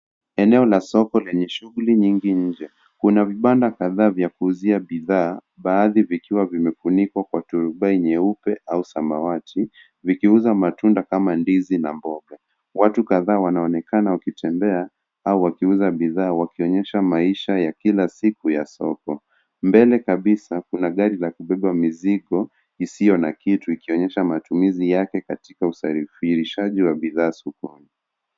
Eneo la soko lenye shughuli nyingi nje. Kuna vibanda kadhaa vya kuuzia bidhaa, baadhi vikiwa vimefunikwa kwa turubai nyeupe au samawati, vikiuza matunda kama ndizi na mboga. Watu kadhaa wanaonekana wakitembea au wakiuza bidhaa wakionyesha maisha ya kila siku ya soko. Mbele kabisa, kuna gari la kubebea mizigo, isilo na kitu, ikionyesha matumizi yake katika usafirishaji wa bidhaa sokoni.